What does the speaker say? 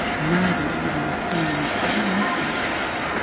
neither with your friends or loved ones.